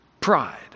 pride